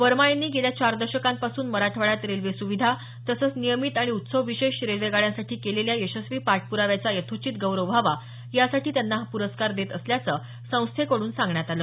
वर्मा यांनी गेल्या चार दशकांपासून मराठवाड्यात रेल्वे सुविधा तसंच नियमित आणि उत्सव विशेष रेल्वेगाड्यांसाठी केलेल्या यशस्वी पाठप्राव्याचा यथोचित गौरव व्हावा यासाठी त्यांना हा पुरस्कार देत असल्याचं संस्थेकडून सांगण्यात आलं